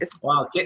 Wow